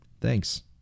Thanks